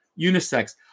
unisex